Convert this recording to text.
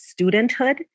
studenthood